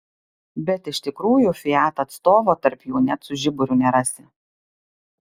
bet iš tikrųjų fiat atstovo tarp jų net su žiburiu nerasi